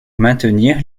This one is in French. maintenir